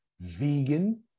vegan